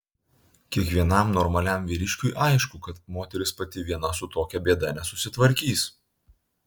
kiekvienam normaliam vyriškiui aišku kad moteris pati viena su tokia bėda nesusitvarkys